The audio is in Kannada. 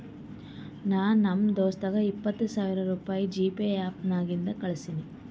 ನಾ ನಮ್ ದೋಸ್ತಗ ಇಪ್ಪತ್ ಸಾವಿರ ರುಪಾಯಿ ಜಿಪೇ ಆ್ಯಪ್ ನಾಗಿಂದೆ ಕಳುಸಿನಿ